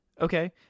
Okay